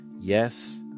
Yes